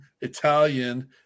Italian